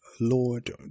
Lord